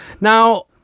Now